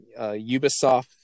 Ubisoft